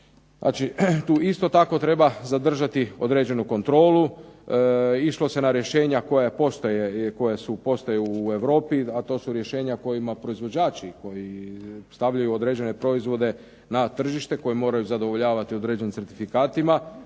tu isto tako treba zadržati određenu kontrolu. Išlo se na rješenja koja postoje, koja postoje u Europi a to su rješenja kojima proizvođači koji stavljaju određene proizvode na tržište koji moraju zadovoljavati određenim certifikatima